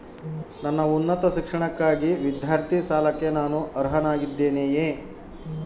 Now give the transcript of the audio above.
ನನ್ನ ಉನ್ನತ ಶಿಕ್ಷಣಕ್ಕಾಗಿ ವಿದ್ಯಾರ್ಥಿ ಸಾಲಕ್ಕೆ ನಾನು ಅರ್ಹನಾಗಿದ್ದೇನೆಯೇ?